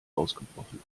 ausgebrochen